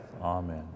amen